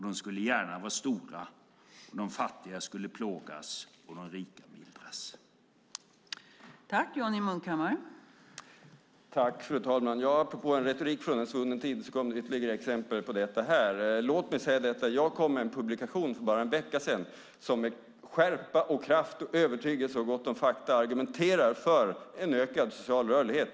De skulle gärna vara stora, och de fattiga skulle plågas och de rika få det mildare.